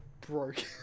broke